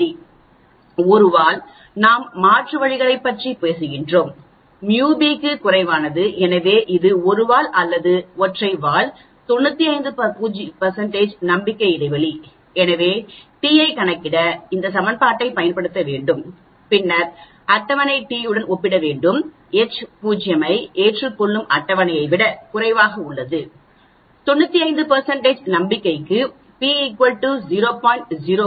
1 வால் நாம் மாற்று வழிகளைப் பற்றி பேசுகிறோம் μ b க்கும் குறைவானது எனவே இது ஒரு வால் அல்லது ஒற்றை வால் 95 நம்பிக்கை இடைவெளி எனவே t ஐக் கணக்கிட இந்த சமன்பாட்டைப் பயன்படுத்த வேண்டும் பின்னர் அட்டவணை t உடன் ஒப்பிட வேண்டும் H0 ஐ ஏற்றுக்கொள்ளும் அட்டவணையை விட குறைவாக உள்ளது 95 நம்பிக்கைக்கு p 0